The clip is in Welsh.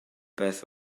beth